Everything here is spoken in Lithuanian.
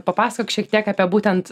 papasakok šiek tiek apie būtent